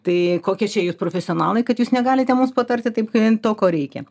tai kokie čia jūs profesionalai kad jūs negalite mums patarti taip kaip to ko reikia